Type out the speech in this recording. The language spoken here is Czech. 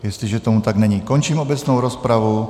Jestliže tomu tak není, končím obecnou rozpravu.